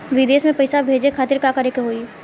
विदेश मे पैसा भेजे खातिर का करे के होयी?